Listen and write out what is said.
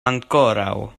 ankoraŭ